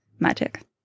magic